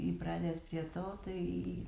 įpratęs prie to tai